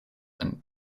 and